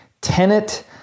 tenet